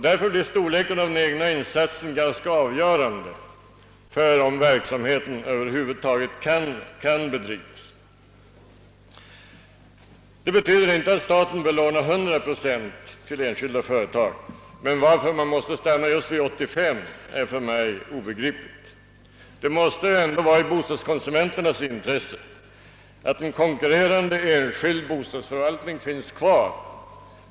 Därför blir storleken av den egna insatsen ganska avgörande för om verksamheten över huvud taget kan bedrivas. Det betyder inte att staten låter enskilda företag belåna till 100 procent, men varför man måste stanna vid 85 procent är obegripligt för mig. Det måste ligga i bostadskonsumenternas intresse att en konkurrerande enskild bostadsförvaltning finns kvar.